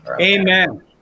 Amen